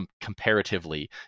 comparatively